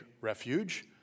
refuge